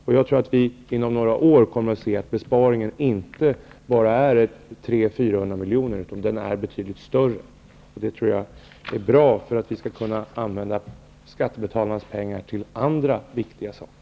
Inom några år kommer vi nog att se att besparingen inte bara är 300--400 milj.kr., utan att den kommer att vara betydligt större. Jag tror att det är bra. Då kan vi använda skattebetalarnas pengar till andra viktiga saker.